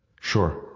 Sure